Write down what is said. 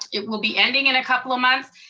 it will be ending in a couple of months,